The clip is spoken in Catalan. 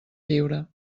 lliure